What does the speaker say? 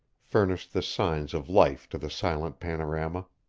furnished the signs of life to the silent panorama.